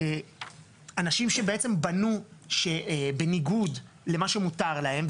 הם אנשים שבעצם בנו בניגוד למה שמותר להם.